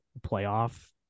playoff